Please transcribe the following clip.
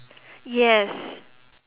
yes